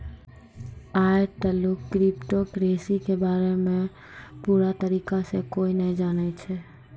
आय तलुक cryptocurrency के बारे मे पूरा तरीका से कोय नै जानै छै